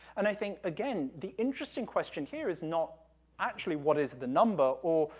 and i think, again, the interesting question here is not actually what is the number or,